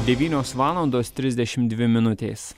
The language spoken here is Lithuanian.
devynios valandos trisdešim dvi minutės